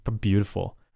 beautiful